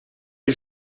les